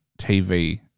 tv